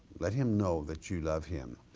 let him know that you love him.